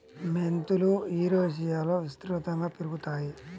మెంతులు యురేషియాలో విస్తృతంగా పెరుగుతాయి